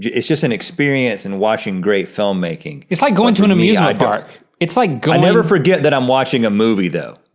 yeah it's just an experience in watching great filmmaking. it's like going to an amusement park. it's like going i never forget that i'm watching a movie though.